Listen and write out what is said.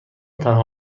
تنها